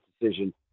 decision